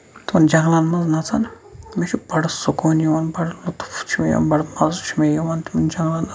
تِمَن جَنٛگلَن منٛز نَژُن مےٚ چھُ بَڈٕ سکوٗن یِوان بَڈٕ لُطُف چھُ مےٚ یِوان بَڈٕ مَزٕ چھُ مےٚ یِوان تِمَن جَنٛگلن نژنہٕ سۭتۍ